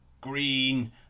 green